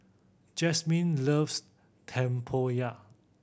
Jasmine loves tempoyak